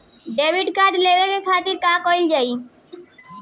Debit card लेवे के खातिर का कइल जाइ?